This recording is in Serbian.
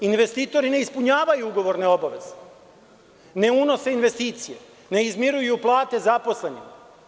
Investitori ne ispunjavaju ugovorne obaveze, ne unose investicije, ne izmiruju plate zaposlenih.